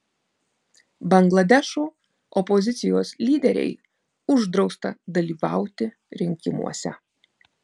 bangladešo opozicijos lyderei uždrausta dalyvauti rinkimuose